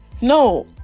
no